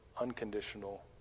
unconditional